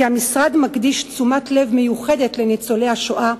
כי המשרד מקדיש תשומת לב מיוחדת לניצולי השואה,